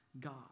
God